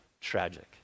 tragic